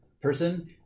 person